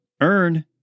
earn